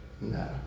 No